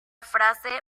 frase